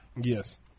Yes